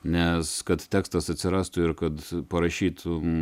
nes kad tekstas atsirastų ir kad parašytum